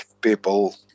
people